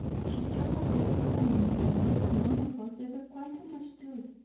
she turned upon philemon with a look none of us ever quite understood